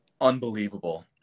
unbelievable